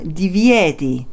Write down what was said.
divieti